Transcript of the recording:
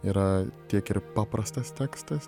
yra tiek ir paprastas tekstas